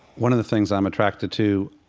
one of the things i'm attracted to